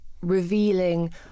revealing